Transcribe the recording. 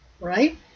right